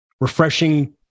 refreshing